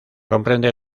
comprende